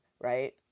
right